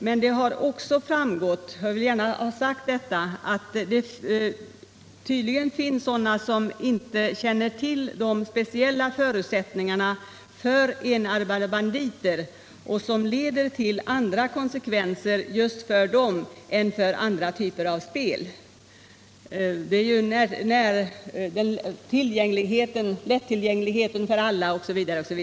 Men det har också framgått — detta vill jag gärna ha sagt — att det tydligen finns sådana som inte känner till de speciella förutsättningarna för enarmade banditer, som leder till andra konsekvenser än andra typer av spel. Det gäller lättillgängligheten för alla osv.